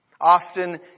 Often